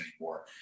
anymore